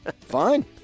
Fine